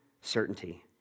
certainty